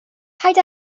paid